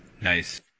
Nice